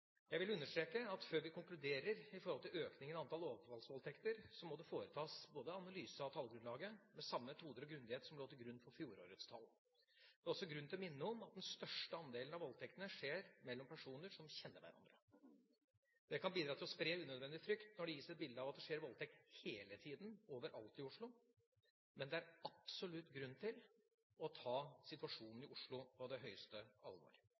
Jeg vil understreke at før vi konkluderer i forhold til økningen av antall overfallsvoldtekter, må det foretas en analyse av tallgrunnlaget med samme metoder og grundighet som lå til grunn for fjorårets tall. Det er også grunn til å minne om at den største andelen av voldtektene skjer mellom personer som kjenner hverandre. Det kan bidra til å spre unødvendig frykt når det gis et bilde av at det skjer voldtekter hele tiden, overalt i Oslo, men det er absolutt grunn til å ta situasjonen i Oslo på høyeste alvor.